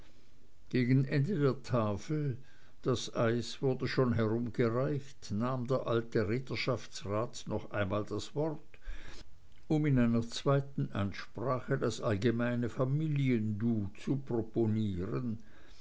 gegen ende der tafel das eis wurde schon herumgereicht nahm der alte ritterschaftsrat noch einmal das wort um in einer zweiten ansprache das allgemeine familien du zu